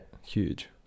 huge